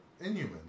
inhumans